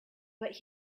but